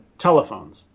telephones